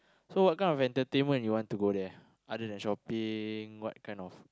so what kind of entertainment you want to go there other than shopping what kind of